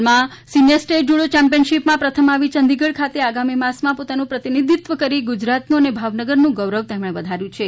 હાલમાં senior state judo ચેમ્પિયનશિપમાં પ્રથમ આવી ચંડીગઢ ખાતે આગામી માસમાં પોતાનું પ્રતિનિધિત્વ કરી ગુજરાતનું અને ભાવનગરનું ગૌરવ વધઆર્યું છે